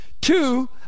Two